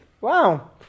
Wow